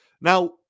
Now